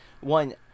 one